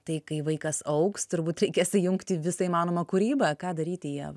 tai kai vaikas augs turbūt reikės įjungti visą įmanomą kūrybą ką daryti ieva